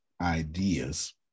ideas